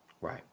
Right